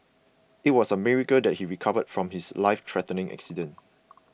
it was a miracle that he recovered from his lifethreatening accident